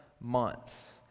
months